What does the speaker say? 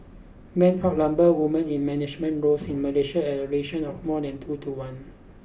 men outnumber women in management roles in Malaysia at a ration of more than two to one